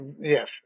Yes